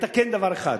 מתקן דבר אחד,